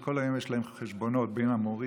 שכל היום יש להם חשבונות בין המורים.